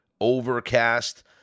overcast